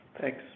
Thanks